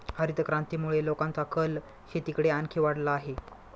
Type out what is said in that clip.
हरितक्रांतीमुळे लोकांचा कल शेतीकडे आणखी वाढला आहे